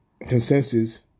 consensus